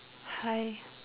hi